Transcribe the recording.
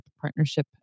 partnership